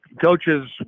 coaches